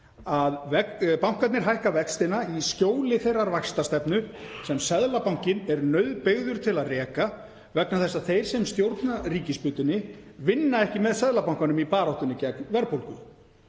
að bankarnir hækka vextina í skjóli þeirrar vaxtastefnu sem Seðlabankinn er nauðbeygður til að reka vegna þess að þeir sem stjórna ríkisbuddunni vinna ekki með Seðlabankanum í baráttunni gegn verðbólgu.